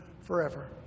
forever